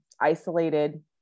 isolated